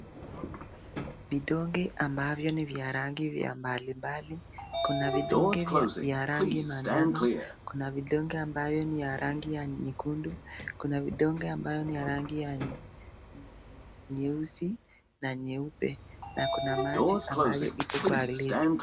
Vidonge ambavyo ni vya rangi vya mbalimbali, kuna vidonge ya rangi manjano, kuna vidonge ambayo ni ya rangi ya nyekundu, kuna vidonge ambayo ni ya rangi ya nyeusi na nyeupe na kuna maji ambayo iko kwa glesi.